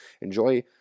Enjoy